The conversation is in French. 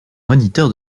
moniteur